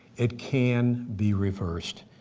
it can be reversed,